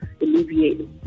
alleviate